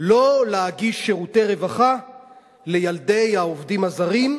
לא להגיש שירותי רווחה לילדי העובדים הזרים,